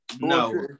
No